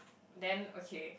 then okay